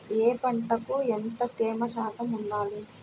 ఏ పంటకు ఎంత తేమ శాతం ఉండాలి?